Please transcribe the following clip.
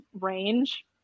range